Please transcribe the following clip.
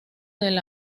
del